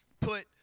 put